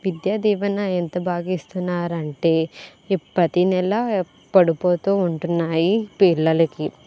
విద్యా దీవెన ఎంత బాగా ఇస్తున్నారు అంటే పతి నెల పడిపోతూ ఉంటున్నాయి పిల్లలకి